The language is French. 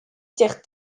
tiers